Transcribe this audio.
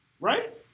Right